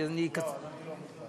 אז אני אקצר לא.